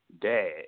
dad